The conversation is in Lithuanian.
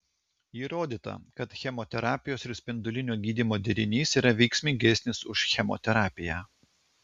įrodyta kad chemoterapijos ir spindulinio gydymo derinys yra veiksmingesnis už chemoterapiją